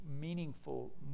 meaningful